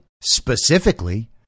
specifically